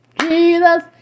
Jesus